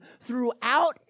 throughout